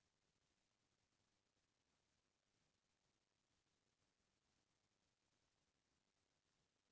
जेन जरुरत के जिनिस हावय ओ तो सब्बे मनसे ल ले बर परथे